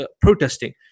protesting